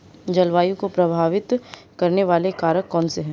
जलवायु को प्रभावित करने वाले कारक कौनसे हैं?